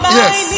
yes